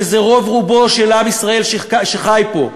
שזה רוב רובו של עם ישראל שחי פה,